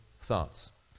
thoughts